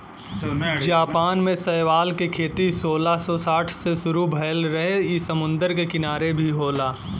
Japan में शैवाल के खेती सोलह सौ साठ से शुरू भयल रहे इ समुंदर के किनारे भी होला